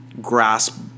grasp